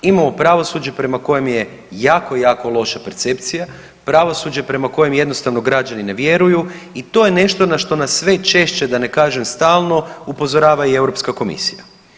Imamo pravosuđe prema kojem je jako, jako loša percepcija, pravosuđe prema kojem jednostavno građani ne vjeruju i to je nešto na što nas sve češće da ne kažem stalno upozorava i Europska komisija.